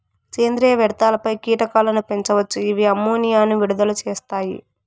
సేంద్రీయ వ్యర్థాలపై కీటకాలను పెంచవచ్చు, ఇవి అమ్మోనియాను విడుదల చేస్తాయి